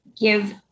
give